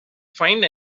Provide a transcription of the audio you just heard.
find